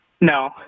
No